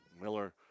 Miller